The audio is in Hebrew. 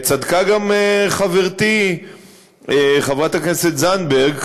צדקה גם חברתי חברת הכנסת זנדברג,